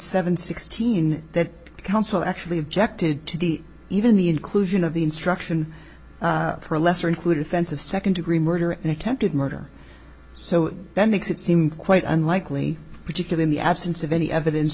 seven sixteen that counsel actually objected to the even the inclusion of the instruction for a lesser included offense of second degree murder and attempted murder so that makes it seem quite unlikely particular in the absence of any evidence